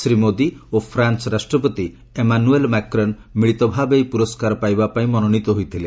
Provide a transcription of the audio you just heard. ଶ୍ରୀ ମୋଦି ଓ ଫ୍ରାନ୍ସ ରାଷ୍ଟ୍ରପତି Emmanuel Macron ମିଳିତ ଭାବେ ଏହି ପୁରସ୍କାର ପାଇବା ପାଇଁ ମନୋନିତ ହୋଇଥିଲେ